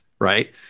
right